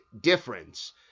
difference